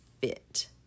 fit